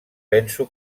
penso